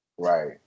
Right